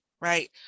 right